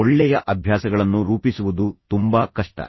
ಒಳ್ಳೆಯ ಅಭ್ಯಾಸಗಳನ್ನು ರೂಪಿಸುವುದು ತುಂಬಾ ಕಷ್ಟ